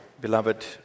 Beloved